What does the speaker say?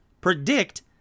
predict